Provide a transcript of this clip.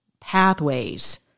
pathways